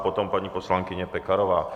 Potom paní poslankyně Pekarová.